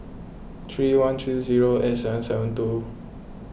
three one three zero eight seven seven two